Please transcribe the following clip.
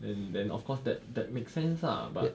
then then of course that that makes sense lah but